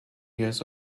years